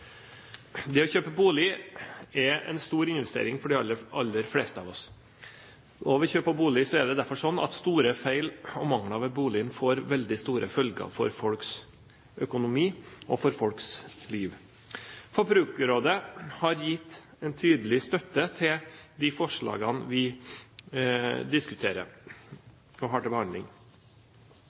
Det å kjøpe bolig er en stor investering for de aller, aller fleste av oss. Ved kjøp av bolig er det derfor sånn at store feil og mangler ved den får veldig store følger for folks økonomi og for folks liv. Forbrukerrådet har gitt en tydelig støtte til de forslagene vi har til behandling.